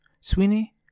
Sweeney